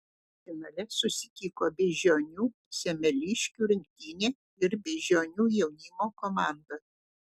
finale susitiko beižionių semeliškių rinktinė ir beižionių jaunimo komanda